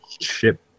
ship